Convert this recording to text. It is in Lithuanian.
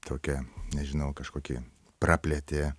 tokią nežinau kažkokį praplėtė